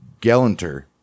Gallanter